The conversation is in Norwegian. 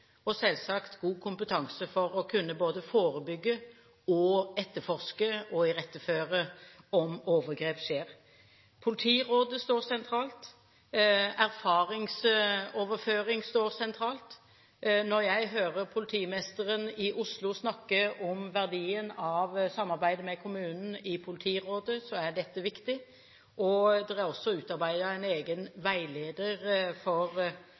og selvsagt god kompetanse for å kunne både forebygge, etterforske og iretteføre om overgrep skjer. Politirådet står sentralt. Erfaringsoverføring står sentralt. Når jeg hører politimesteren i Oslo snakke om verdien av samarbeidet med kommunen i politirådet, er dette viktig. Det er også en plan om å utarbeide en egen veileder for